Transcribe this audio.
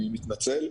אני מתנצל.